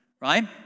right